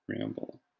Ramble